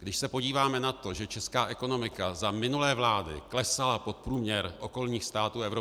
Když se podíváme na to, že česká ekonomika za minulé vlády klesala pod průměr okolních států EU